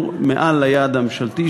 מעל היעד הממשלתי,